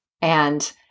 And-